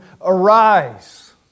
arise